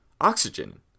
Oxygen